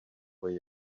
where